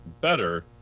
better